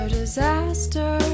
disaster